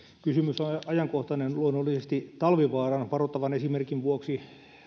kysymys on ajankohtainen luonnollisesti talvivaaran varoittavan esimerkin vuoksi